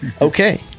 okay